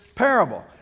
parable